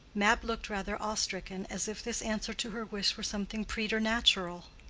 mab looked rather awe-stricken, as if this answer to her wish were something preternatural.